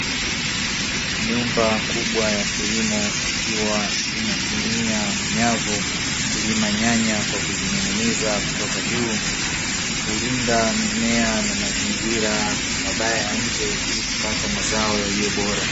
Nyumba kubwa ya kilimo ikiwa inatumia nyavu kulima nyanya kwa kuzining'iniza toka juu, kulinda mimea na mazingira mabaya ya nje ilikupata mazao yaliyo bora.